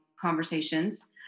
conversations